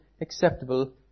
acceptable